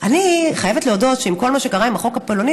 אני חייבת להודות שעם כל מה שקרה עם החוק הפולני,